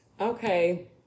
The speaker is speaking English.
Okay